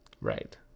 right